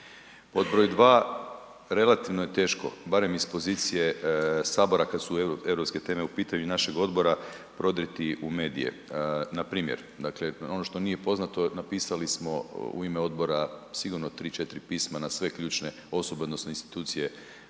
Pod br. 2. relativno je teško, barem iz pozicije HS kad su europske teme u pitanju, našeg odbora prodrijeti u medije, npr. dakle ono što nije poznato napisali smo u ime odbora sigurno 3-4 pisma na sve ključne osobe odnosno institucije